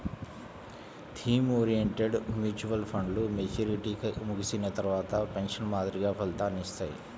theme oriented mutual ఫండ్లు maturity ముగిసిన తర్వాత పెన్షన్ మాదిరిగా ఫలితాలనిత్తాయి